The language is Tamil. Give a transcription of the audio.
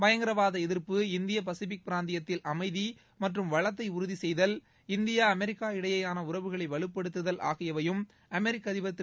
பயங்கரவாத எதிா்ப்டு இந்திய பசிபிக் பிராந்தியத்தில் அமைதி மற்றும் வளத்தை உறுதி செய்தல் இந்தியா அமெிக்கா இடையேயான உறவுகளை வலுப்படுத்துதல் அதிபர் திரு